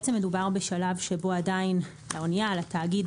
בעצם מדובר בשלב שבו עדיין לאנייה, לתאגיד,